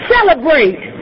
Celebrate